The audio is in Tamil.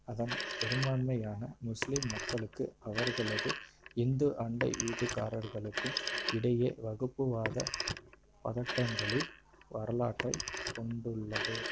அதன் பெரும்பான்மையான முஸ்லீம் மக்களுக்கு அவர்களது இந்து அண்டை வீட்டுக்காரர்களுக்கும் இடையே வகுப்புவாத பதட்டங்களில் வரலாற்றைக் கொண்டுள்ளது